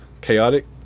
Chaotic